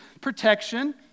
protection